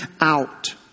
out